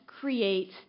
create